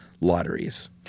lotteries